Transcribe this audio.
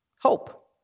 hope